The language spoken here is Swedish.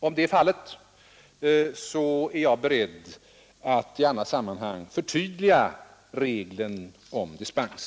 Om det är fallet är jag beredd att i annat sammanhang förtydliga reglerna om dispens.